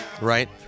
right